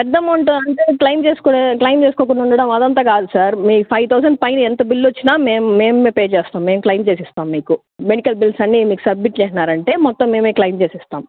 పెద్ద అమౌంట్ అంటే క్లెయిమ్ చేసుకోనే క్లెయిమ్ చేసుకోకుండా ఉండడం అది అంతా కాదు సార్ మీకు ఫైవ్ థౌసండ్ పైన ఎంత బిల్ వచ్చినా మేము మేమే పే చేస్తాం మేము క్లెయిమ్ చేసి ఇస్తాం మీకు మెడికల్ బిల్స్ అన్ని మీరు సబ్మిట్ చేసినారు అంటే మొత్తం మేమే క్లెయిమ్ చేసి ఇస్తాం